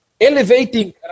elevating